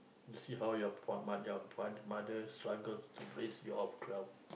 see how your fa~ your father mother uncle raise you all twelve